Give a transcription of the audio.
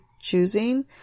choosing